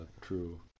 true